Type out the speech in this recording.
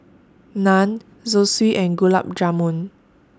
Naan Zosui and Gulab Jamun